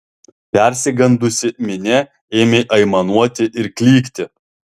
persigandusi minia ėmė aimanuoti ir klykti